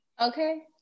Okay